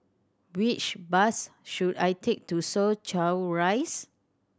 which bus should I take to Soo Chow Rise